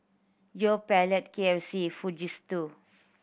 Yoplait K F C Fujitsu